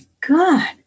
God